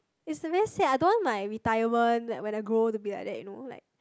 it's very sad I don't want my retirement like when I grow old to be like that you know like